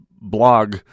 blog